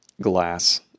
glass